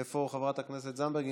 איפה חברת הכנסת זנדברג?